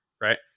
right